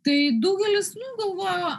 tai daugelis nu galvojo